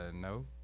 No